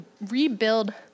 rebuild